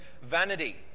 Vanity